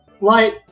Light